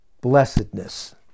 blessedness